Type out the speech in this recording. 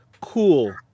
cool